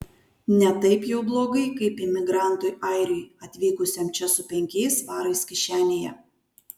ne taip jau blogai kaip imigrantui airiui atvykusiam čia su penkiais svarais kišenėje